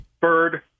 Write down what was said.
Bird